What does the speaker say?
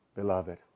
Beloved